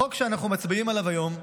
החוק שאנחנו מצביעים עליו היום,